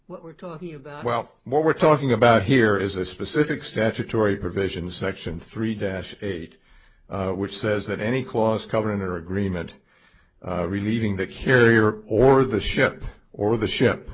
what we're talking about well what we're talking about here is a specific statutory provision section three dash eight which says that any clause covering or agreement relieving the carrier or the ship or the ship